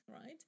right